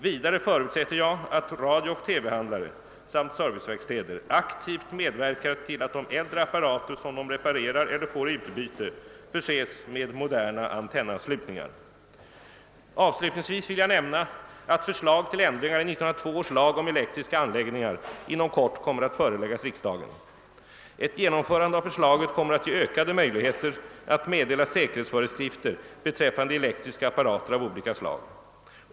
Vidare förutsätter jag att radiooch TV-handlare samt serviceverkstäder aktivt medverkar till att de äldre apparater som de reparerar eller får i utbyte förses med moderna antennanslutningar. Avslutningsvis vill jag nämna att förslag till ändringar i 1902 års lag om elektriska anläggningar inom kort kommer att föreläggas riksdagen. Ett genomförande av förslaget kommer att ge ökade möjligheter att meddela säkerhetsföreskrifter beträffande elektriska apparater av olika slag.